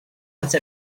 once